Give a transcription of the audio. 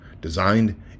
Designed